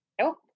Nope